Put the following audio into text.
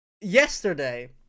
yesterday